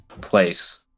place